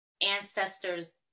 ancestors